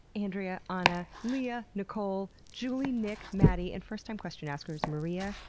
andrea, anna, leah, nicole, julie, nick, maddie, and first time question-askers maria,